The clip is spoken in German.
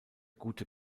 gute